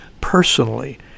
personally